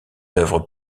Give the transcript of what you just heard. œuvres